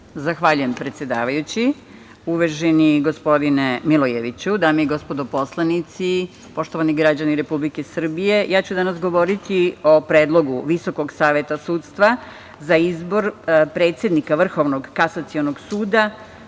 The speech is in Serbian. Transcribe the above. Zahvaljujem, predsedavajući. Uvaženi gospodine Milojeviću, dame i gospodo poslanici, poštovani građani Republike Srbije, ja ću danas govoriti o Predlogu Visokog saveta sudstva za izbor predsednika Vrhovnog kasacionog suda,